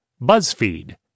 BuzzFeed